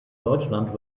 deutschland